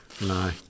No